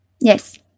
Yes